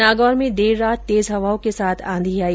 नागौर में देररात तेज हवाओं के साथ आंधी आई